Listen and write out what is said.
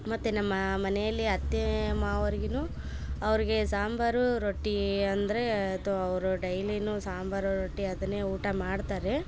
ಮತ್ತು ನಮ್ಮಾ ಮನೆಯಲ್ಲಿ ಅತ್ತೆ ಮಾವರಿಗುನು ಅವರಿಗೆ ಸಾಂಬರು ರೊಟ್ಟೀ ಅಂದರೆ ಅಥ್ವಾ ಅವರು ಡೈಲಿನು ಸಾಂಬಾರು ರೊಟ್ಟಿ ಅದನ್ನೆ ಊಟ ಮಾಡ್ತಾರೆ